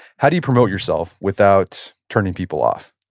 how do you promote yourself without turning people off?